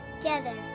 Together